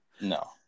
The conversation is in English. No